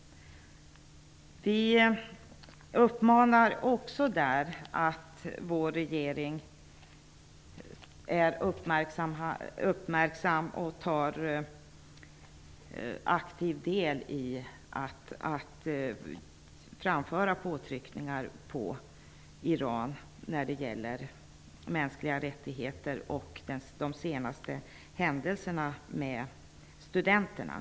Vi uppmanar vår regering att aktivt utöva påtryckningar på Iran också när det gäller brott mot mänskliga rättigheter och de senaste händelserna med studenterna.